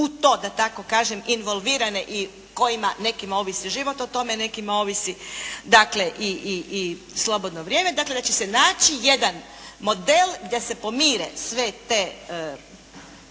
u to da tako kažem involvirane i kojima nekima ovisi život o tome, nekima ovisi dakle i slobodno vrijeme, dakle da će se naći jedan model da se pomire sve te